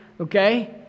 Okay